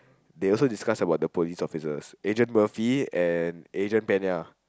they also discuss about the police officers Agent Murphy and Agent Pena